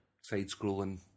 Side-scrolling